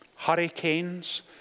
hurricanes